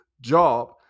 job